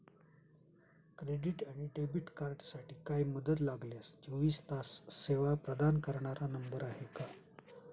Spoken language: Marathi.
क्रेडिट आणि डेबिट कार्डसाठी काही मदत लागल्यास चोवीस तास सेवा प्रदान करणारा नंबर आहे का?